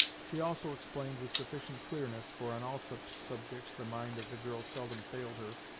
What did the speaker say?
she also explained with sufficient clearness, for on all such subjects the mind of the girl seldom failed her,